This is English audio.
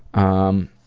i